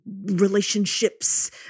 relationships